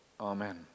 Amen